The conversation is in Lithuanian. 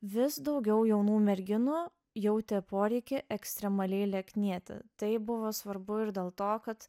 vis daugiau jaunų merginų jautė poreikį ekstremaliai lieknėti tai buvo svarbu ir dėl to kad